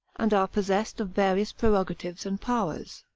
and are possessed of various prerogatives and powers.